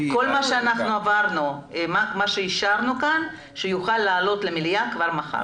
כל מה שאישרנו כאן, יוכל לעלות למליאה כבר מחר.